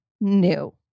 new